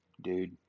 dude